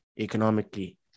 economically